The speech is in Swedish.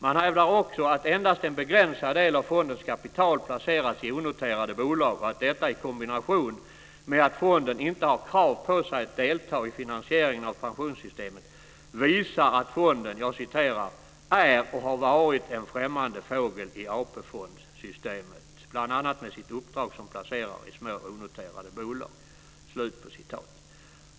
Man hävdar också att endast en begränsad del av fondens kapital placerats i onoterade bolag och att detta i kombination med att fonden inte har krav på sig att delta i finansieringen av pensionssystemet visar att fonden "är och har varit en främmande fågel i AP-fondsystemet, bl.a. med sitt uppdrag som placerare i små, onoterade bolag."